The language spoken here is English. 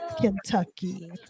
Kentucky